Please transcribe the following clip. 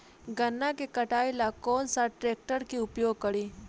गन्ना के कटाई ला कौन सा ट्रैकटर के उपयोग करी?